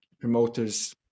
promoters